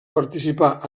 participà